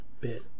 bit